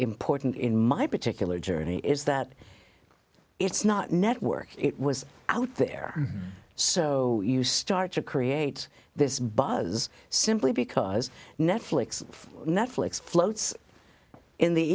important in my particular journey is that it's not network it was out there so you start to create this buzz simply because netflix netflix floats in the